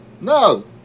No